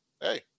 hey